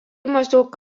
maždaug